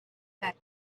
text